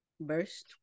Verse